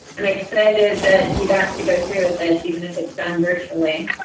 i'm excited that we got to go through with this, even if it's done virtually.